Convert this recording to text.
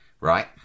right